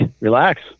Relax